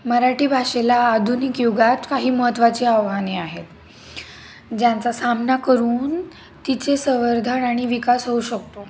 मराठी भाषेला आधुनिक युगात काही महत्त्वाची आव्हाने आहेत ज्यांचा सामना करून तिचे संवर्धन आणि विकास होऊ शकतो